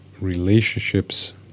Relationships